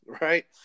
Right